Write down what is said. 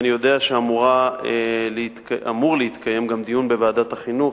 אני יודע שאמור להתקיים גם דיון בוועדת החינוך,